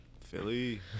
philly